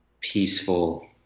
peaceful